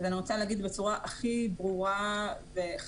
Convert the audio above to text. אני רוצה להגיד בצורה הכי ברורה וחדה,